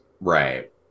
Right